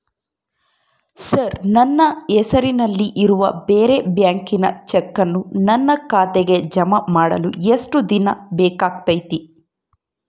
Sir ನನ್ನ ಹೆಸರಲ್ಲಿ ಇರುವ ಬೇರೆ ಬ್ಯಾಂಕಿನ ಚೆಕ್ಕನ್ನು ನನ್ನ ಖಾತೆಗೆ ಜಮಾ ಮಾಡಲು ಎಷ್ಟು ದಿನ ಬೇಕಾಗುತೈತಿ?